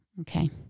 okay